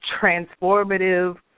transformative